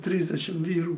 trisdešimt vyrų